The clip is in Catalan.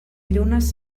llunes